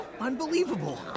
Unbelievable